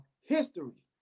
history